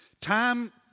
Time